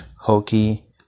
Hokey